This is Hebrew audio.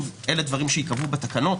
אלה דברים שייקבעו בתקנות,